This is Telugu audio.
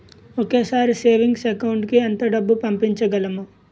ఒకేసారి సేవింగ్స్ అకౌంట్ కి ఎంత డబ్బు పంపించగలము?